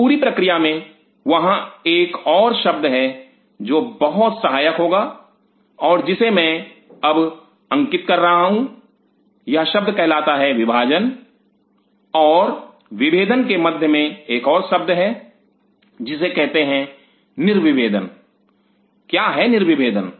इस पूरी प्रक्रिया में वहां एक और शब्द है जो बहुत सहायक होगा और जिसे मैं अब अंकित कर रहा हूं यह शब्द कहलाता है विभाजन और विभेदन के मध्य में एक और शब्द है जिसे कहते हैं निर्विभेदन क्या है निर्विभेदन